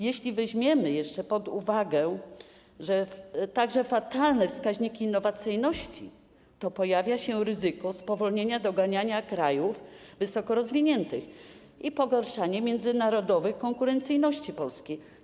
Jeśli weźmiemy pod uwagę także fatalne wskaźniki innowacyjności, to pojawia się ryzyko spowolnienia doganiania krajów wysokorozwiniętych i pogorszenie międzynarodowej konkurencyjności Polski.